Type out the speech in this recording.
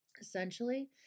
essentially